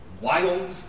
wild